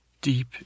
deep